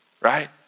right